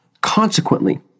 Consequently